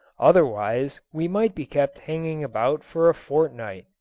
otherwise we might be kept hanging about for a fortnight.